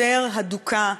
יותר הדוקה.